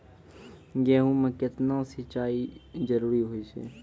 गेहूँ म केतना सिंचाई जरूरी होय छै?